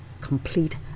complete